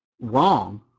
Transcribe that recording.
wrong